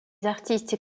artistes